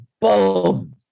boom